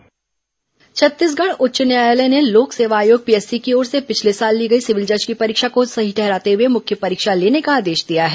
high court civil जज छत्तीसगढ़ उच्च न्यायालय ने लोक सेवा आयोग पीएससी की ओर से पिछले साल ली गई सिविल जज की परीक्षा को सही ठहराते हुए मुख्य परीक्षा लेने का आदेश दिया है